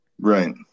Right